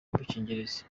udukingirizo